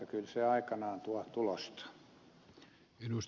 kyllä se aikanaan tuo tulosta